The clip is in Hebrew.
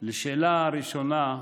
לשאלה הראשונה,